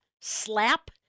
Slap